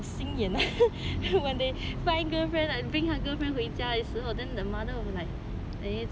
小心眼 when they find girlfriend and bring my girlfriend 回家时候 then the mother will be like